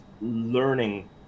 learning